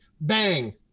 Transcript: Bang